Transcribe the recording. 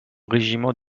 régiment